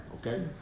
okay